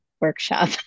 workshop